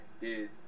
dude